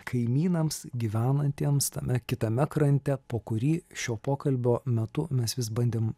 kaimynams gyvenantiems tame kitame krante po kurį šio pokalbio metu mes vis bandėm